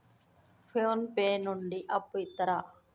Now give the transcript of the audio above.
Phone pay నుండి అప్పు ఇత్తరా?